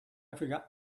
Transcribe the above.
forgot